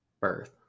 birth